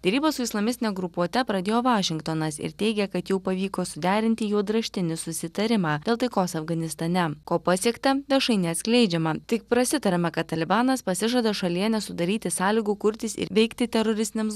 derybas su islamistine grupuote pradėjo vašingtonas ir teigia kad jau pavyko suderinti juodraštinį susitarimą dėl taikos afganistane ko pasiekta viešai neatskleidžiama tik prasitariama kad talibanas pasižada šalyje nesudaryti sąlygų kurtis ir veikti teroristinėms